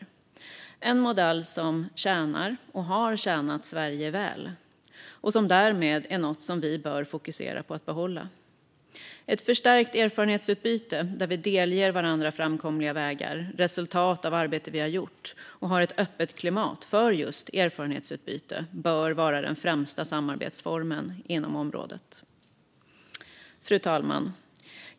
Det är en modell som tjänar och har tjänat Sverige väl och som vi därmed bör fokusera på att behålla. Ett förstärkt erfarenhetsutbyte där vi delger varandra framkomliga vägar och resultat av arbete vi gjort och har ett öppet klimat för just erfarenhetsutbyte bör vara den främsta samarbetsformen på området. Fru talman!